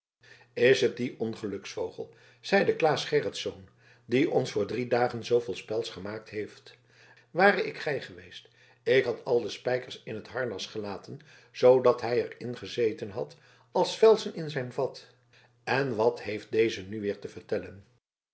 is het die ongeluksvogel zeide claes gerritsz die ons voor drie dagen zooveel spels gemaakt heeft ware ik gij geweest ik had al de spijkers in het harnas gelaten zoodat hij er ingezeten had als velzen in zijn vat en wat heeft deze nu weer te vertellen